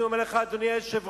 אני אומר לך, אדוני היושב-ראש,